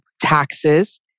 taxes